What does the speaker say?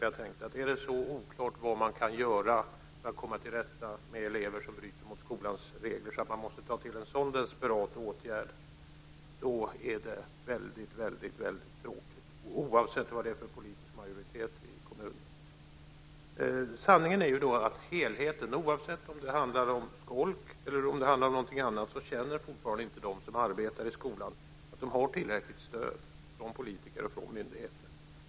Jag tänkte att om det är så oklart vad man kan göra för att komma till rätta med elever som bryter mot skolans regler att man måste ta till en så desperat åtgärd är det väldigt, väldigt tråkigt, oavsett vad det är för politisk majoritet i kommunen. Sanningen är att oavsett om det handlar om skolk eller om någonting annat, känner fortfarande inte de som arbetar i skolan att de har tillräckligt stöd från politiker och från myndigheter.